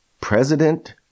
president